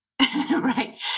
Right